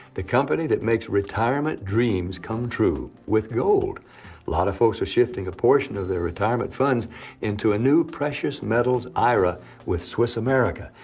the company that makes retirement dreams come true with gold. a lot of folks are shifting a portion of their retirement funds into a new precious metals ira with swiss america.